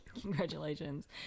Congratulations